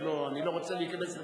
ואני לא רוצה להיכנס לפוליטיקה.